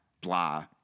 blah